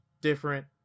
different